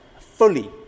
fully